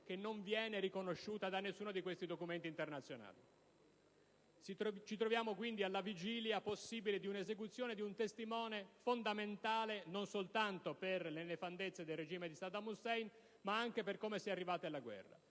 morte non viene riconosciuta da nessuno di questi documenti internazionali. Ci troviamo alla possibile vigilia di un'esecuzione di un testimone fondamentale non soltanto per le nefandezze del regime di Saddam Hussein, ma anche per come si è arrivati alla guerra.